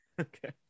Okay